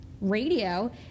radio